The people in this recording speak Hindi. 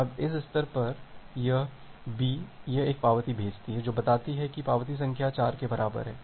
अब इस स्तर पर यह B यह एक पावती भेजती है जो बताती है कि पावती संख्या 4 के बराबर है